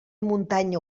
muntanya